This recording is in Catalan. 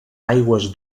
aigües